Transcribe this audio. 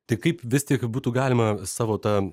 tik kaip vis tik būtų galima savo tą